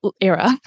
era